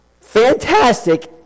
fantastic